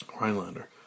Rhinelander